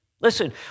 Listen